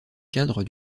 cadre